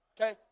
okay